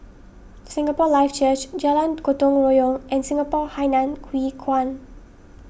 Singapore Life Church Jalan Gotong Royong and Singapore Hainan Hwee Kuan